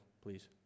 please